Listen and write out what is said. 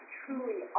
truly